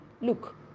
Look